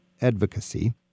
advocacy